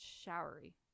Showery